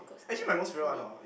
actually my most favourite one oh